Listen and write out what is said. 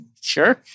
Sure